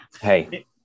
Hey